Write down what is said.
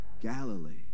Galilee